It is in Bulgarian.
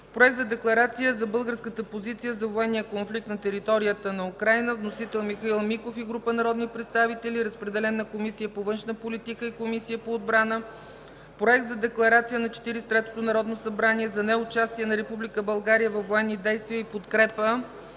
Проект за декларация за българската позиция за военния конфликт на територията на Украйна. Вносител – Михаил Миков и група народни представители. Разпределен е на Комисията по външна политика и Комисията по отбраната. Проект за декларация на Четиридесет и третото народно събрание за неучастие на Република България във военни действия и подкрепа